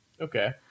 Okay